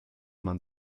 man